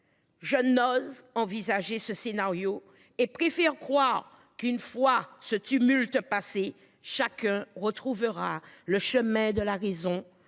Je n'ose envisager ce scénario et préfère croire qu'une fois ce tumulte passé chaque retrouvera le chemin de la raison